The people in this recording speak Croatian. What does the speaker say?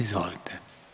Izvolite.